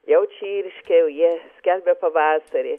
jau čirškia jau jie skelbia pavasarį